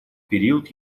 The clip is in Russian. период